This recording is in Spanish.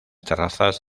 terrazas